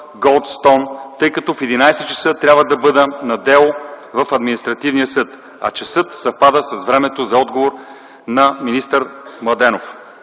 Голдстон, тъй като в 11,00 ч. трябва да бъда на дело в Административния съд, а часът съвпада с времето за отговор на министър Младенов”.